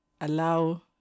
allow